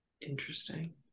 Interesting